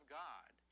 god